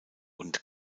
und